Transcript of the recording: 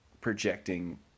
projecting